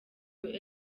your